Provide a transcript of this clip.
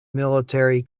military